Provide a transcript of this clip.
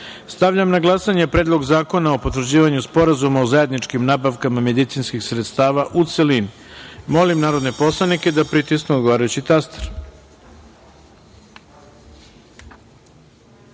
na glasanje Predlog zakona o potvrđivanju Sporazuma o zajedničkim nabavkama medicinskih sredstava, u celini. Molim narodne poslanike da pritisnu odgovarajući